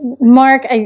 Mark